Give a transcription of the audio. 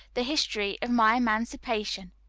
the history of my emancipation